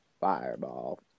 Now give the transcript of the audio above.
fireball